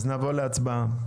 אז נעבור להצבעה.